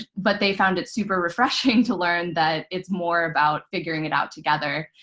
but they found it super refreshing to learn that it's more about figuring it out together.